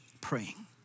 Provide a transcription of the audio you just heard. praying